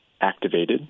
activated